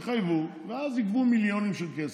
יחייבו, ואז יגבו מיליונים של כסף,